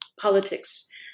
politics